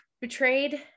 betrayed